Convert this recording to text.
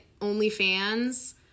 OnlyFans